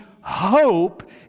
hope